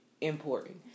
important